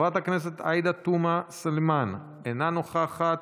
חברת הכנסת עאידה תומא סלימאן, אינה נוכחת,